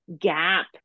gap